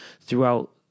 throughout